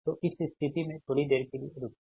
तो इस स्थिति में थोड़ी देर के लिए रुकिए